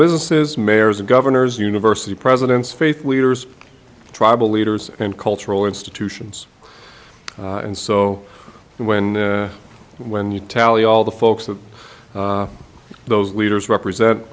businesses mayors and governors university presidents faith leaders tribal leaders and cultural institutions and so when when you tally all the folks that those leaders represent